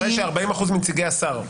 40% מנציגי השר --- לא.